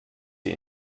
sie